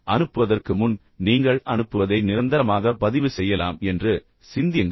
எனவே அனுப்புவதற்கு முன் நீங்கள் அனுப்புவதை நிரந்தரமாக பதிவு செய்யலாம் என்று சிந்தியுங்கள்